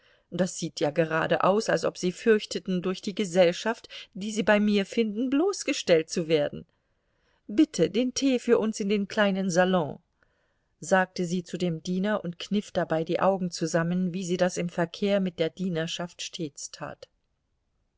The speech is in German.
das sieht ja gerade aus als ob sie fürchteten durch die gesellschaft die sie bei mir finden bloßgestellt zu werden bitte den tee für uns in den kleinen salon sagte sie zu dem diener und kniff dabei die augen zusammen wie sie das im verkehr mit der dienerschaft stets tat